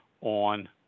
on